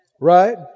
Right